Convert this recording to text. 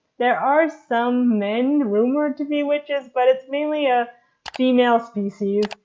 there are some men rumored to be witches, but it's mainly a female species.